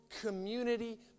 community